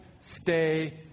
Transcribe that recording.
stay